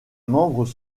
membres